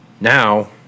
Now